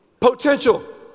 potential